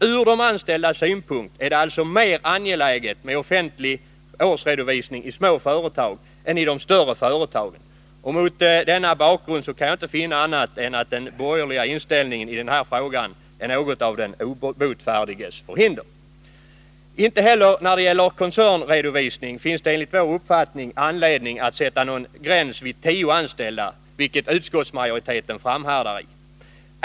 Ur de anställdas synpunkt är det alltså mer angeläget med offentlig årsredovisning i små företag än i de större företagen. Mot denna bakgrund kan jag inte finna annat än att den borgerliga inställningen i den här frågan är något av den obotfärdiges förhinder. Inte heller när det gäller koncernredovisning finns det enligt vår uppfattning anledning att sätta någon gräns vid tio anställda, vilket utskottsmajoriteten framhärdar i.